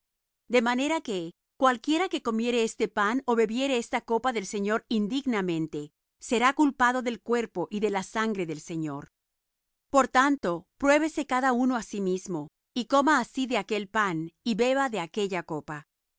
de manera que cualquiera que comiere este pan ó bebiere esta copa del señor indignamente será culpado del cuerpo y de la sangre del señor por tanto pruébese cada uno á sí mismo y coma así de aquel pan y beba de aquella copa